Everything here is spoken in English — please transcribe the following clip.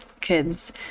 kids